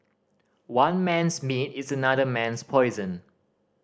one man's meat is another man's poison